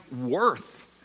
worth